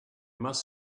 must